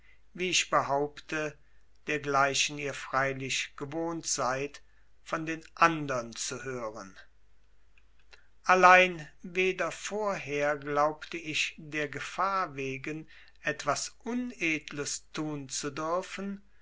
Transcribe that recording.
wie ich behaupte dergleichen ihr freilich gewohnt seid von den andern zu hören allein weder vorher glaubte ich der gefahr wegen etwas unedles tun zu dürfen